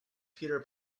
peter